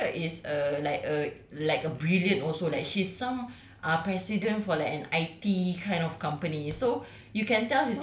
wife dia is a like a like a brilliant also like she's some ah president for like an I_T kind of company so